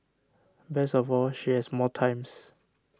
best of all she has more times